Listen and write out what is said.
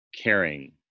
caring